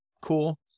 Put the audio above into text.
cool